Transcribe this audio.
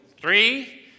three